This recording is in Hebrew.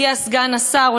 הגיע סגן השר,